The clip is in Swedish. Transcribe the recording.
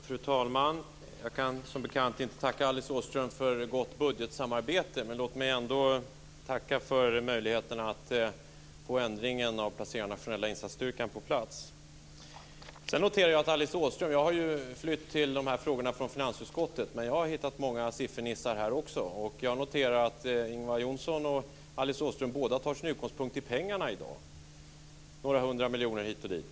Fru talman! Jag kan som bekant inte tacka Alice Åström för ett gott budgetsamarbete, men låt mig ändå tacka för möjligheten att få igenom ändringen när det gäller att placera Nationella insatsstyrkan. Jag har ju flytt till de här frågorna från finansutskottet, men jag har hittat många siffernissar här också. Jag noterar att Ingvar Johnsson och Alice Åström båda tar sin utgångspunkt i pengarna i dag. Det är några hundra miljoner hit och dit.